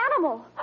animal